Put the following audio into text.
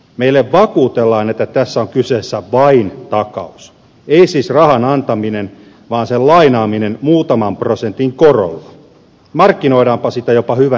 meille vakuutellaan että tässä on kyseessä vain takaus ei siis rahan antaminen vaan sen lainaaminen muutaman prosentin korolla markkinoidaanpa sitä jopa hyvänä sijoituksena